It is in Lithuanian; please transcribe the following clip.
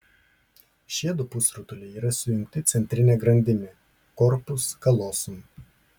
šie du pusrutuliai yra sujungti centrine grandimi korpus kalosum